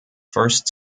first